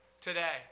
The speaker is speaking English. today